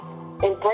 Embrace